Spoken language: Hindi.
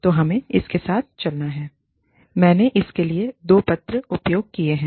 तो हमें इसके साथ चलना है मैंने इसके लिए दो पत्र उपयोग किए हैं